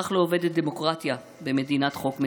כך לא עובדת דמוקרטיה במדינת חוק מתוקנת.